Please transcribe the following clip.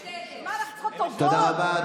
חברת הכנסת תמנו, תודה רבה.